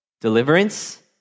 Deliverance